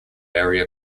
area